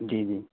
جی جی